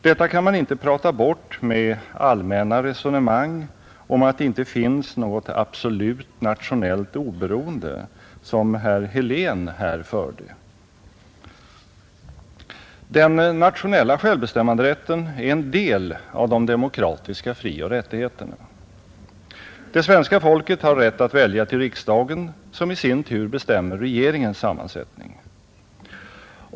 Detta kan man inte prata bort med allmänna resonemang om att det inte finns något absolut nationellt oberoende, som herr Helén här försökte. Den nationella självbestämmanderätten är en del av de demokratiska frioch rättigheterna. Det svenska folket har rätt att välja till riksdagen, som i sin tur bestämmer regeringens sammansättning.